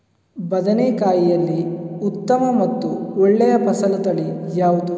ಬದನೆಕಾಯಿಯಲ್ಲಿ ಉತ್ತಮ ಮತ್ತು ಒಳ್ಳೆಯ ಫಸಲು ತಳಿ ಯಾವ್ದು?